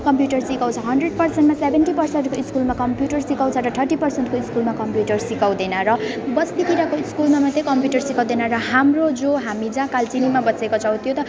computer सिकाउँछ hundred पर्सेन्टमा seventy percent त स्कुलमा कम्प्युटर सिकाउँछ र थर्टी पर्सेन्टको स्कुलमा कम्प्युटर सिकाउँदैन र बस्तीतिरको स्कुलमा मात्रै कम्प्युटर सिकाउँदैन र हाम्रो जो हामी जहाँ कालचिनीमा बसेका छौँ त्यो त